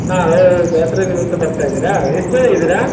ಹಾಂ ಹೌದಾ ಜಾತ್ರೆ ನಿಮಿತ್ತ ಬರ್ತಾ ಇದ್ದೀರಾ ಎಷ್ಟು ಜನ ಇದ್ದೀರಾ